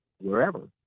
wherever